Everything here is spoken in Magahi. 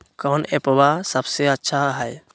कौन एप्पबा सबसे अच्छा हय?